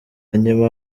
hanyuma